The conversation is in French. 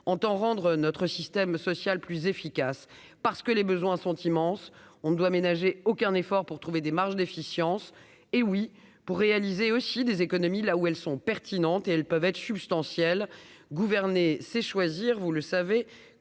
entend rendre notre système social plus efficace parce que les besoins sont immenses, on ne doit ménager aucun effort pour trouver des marges d'efficience, hé oui pour réaliser aussi des économies là où elles sont pertinentes et elles peuvent être substantielles, gouverner c'est choisir, vous le savez